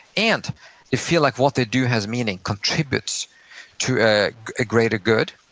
and they feel like what they do has meaning, contributes to a greater good.